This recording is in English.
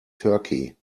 turkey